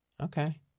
Okay